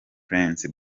prince